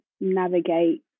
navigate